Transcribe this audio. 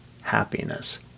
happiness